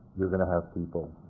you're going to have people